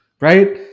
right